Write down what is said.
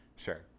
Sure